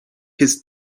his